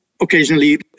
occasionally